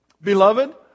Beloved